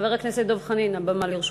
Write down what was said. חבר הכנסת דב חנין, הבמה לרשותך.